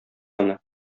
аны